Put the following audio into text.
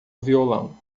violão